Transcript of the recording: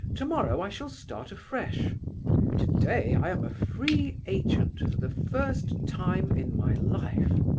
tomorrow i shall start afresh today i am a free agent for the first time in my life.